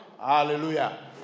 Hallelujah